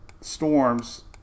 storms